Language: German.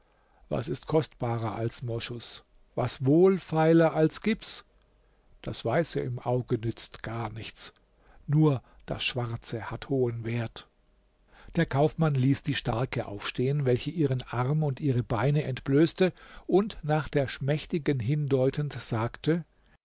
was ist kostbarer als moschus was wohlfeiler als gips das weiße im auge nützt gar nichts nur das schwarze hat hohen wert der kaufmann ließ die starke aufstehen welche ihren arm und ihre beine entblößte und nach der schmächtigen hindeutend sagte